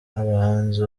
abahanzi